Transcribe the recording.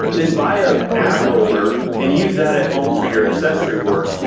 then buy an ab roller and use that at home for your accessory work,